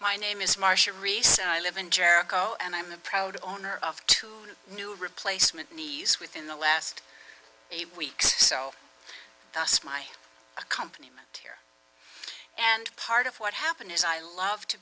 my name is marcia reese and i live in jericho and i'm a proud owner of two new replacement knees within the last eight weeks so that's my company here and part of what happened is i love to